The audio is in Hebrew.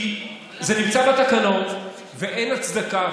כי זה נמצא בתקנות, ואין הצדקה.